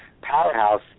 powerhouse